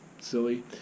silly